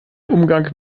umgang